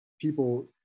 people